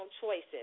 choices